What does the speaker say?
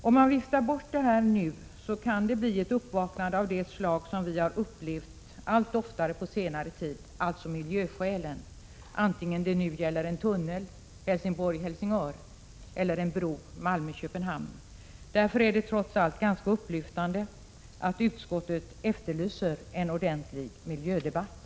Om man viftar bort det här nu, kan det bli ett uppvaknande av det slag som vi har upplevt allt oftare på senare tid, alltså att miljöskälen gör sig gällande, antingen det nu gäller en tunnel Helsingborg-Helsingör eller en bro Malmö-Köpenhamn. Därför är det trots allt ganska upplyftande att utskottet efterlyser en ordentlig miljödebatt.